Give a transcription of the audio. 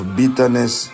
bitterness